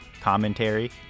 commentary